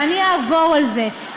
ואני אעבור על זה,